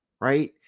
right